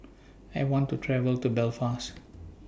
I want to travel to Belfast